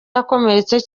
yakomeretse